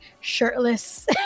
shirtless